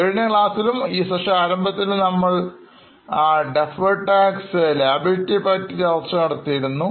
കഴിഞ്ഞ ക്ലാസ്സിലുംഈ session ആരംഭത്തിലും നമ്മൾ t deferred tax liability പറ്റി ചർച്ചകൾ നടത്തിയിരുന്നു